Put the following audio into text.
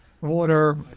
water